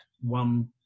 one